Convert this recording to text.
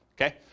Okay